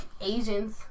Asians